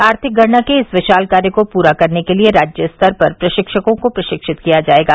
आर्थिक गणना के इस विशाल कार्य को पूर्ण करने के लिए राज्य स्तर पर प्रशिक्षकों को प्रशिक्षित किया जाएगा